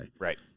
right